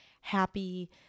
happy